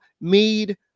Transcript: made